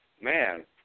man